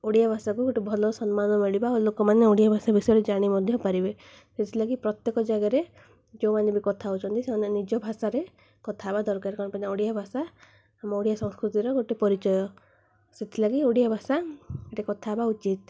ଓଡ଼ିଆ ଭାଷାକୁ ଗୋଟେ ଭଲ ସମ୍ମାନ ମିଳିବ ଆଉ ଲୋକମାନେ ଓଡ଼ିଆ ଭାଷା ବିଷୟରେ ଜାଣି ମଧ୍ୟ ପାରିବେ ସେଥିଲାଗି ପ୍ରତ୍ୟେକ ଜାଗାରେ ଯେଉଁମାନେ ବି କଥା ହଉଛନ୍ତି ସେମାନେ ନିଜ ଭାଷାରେ କଥା ହେବା ଦରକାର କ'ଣ ପାଇଁ ନା ଓଡ଼ିଆ ଭାଷା ଆମ ଓଡ଼ିଆ ସଂସ୍କୃତିର ଗୋଟେ ପରିଚୟ ସେଥିଲାଗି ଓଡ଼ିଆ ଭାଷା ଗଟେ କଥା ହେବା ଉଚିତ